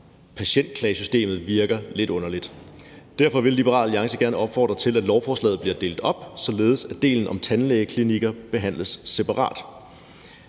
patientklagesystemet virker lidt underligt. Derfor vil Liberal Alliance gerne opfordre til, at lovforslaget bliver delt op, således at delen om tandlægeklinikker behandles separat.